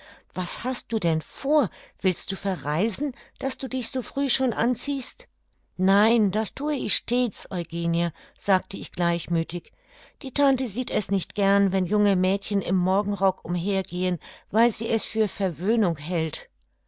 was hast du denn vor willst du verreisen daß du dich so früh schon anziehst nein das thue ich stets eugenie sagte ich gleichmüthig die tante sieht es nicht gern wenn junge mädchen im morgenrock umher gehen weil sie es für verwöhnung hält